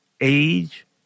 Age